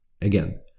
Again